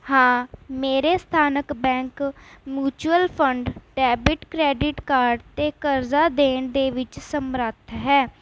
ਹਾਂ ਮੇਰੇ ਸਥਾਨਕ bank mutual fund debit credit card 'ਤੇ ਕਰਜ਼ਾ ਦੇਣ ਦੇ ਵਿੱਚ ਸਮਰੱਥ ਹੈ